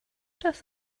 das